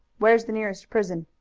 where's the nearest prison?